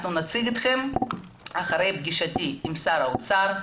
אנחנו נציג אתכם אחרי פגישתי עם שר האוצר.